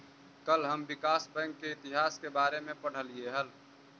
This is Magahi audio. कल हम विकास बैंक के इतिहास के बारे में पढ़लियई हल